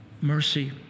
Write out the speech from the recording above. mercy